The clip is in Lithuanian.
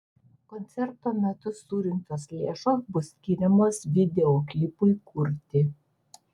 koncerto metu surinktos lėšos bus skiriamos videoklipui kurti